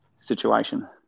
situation